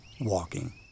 WALKING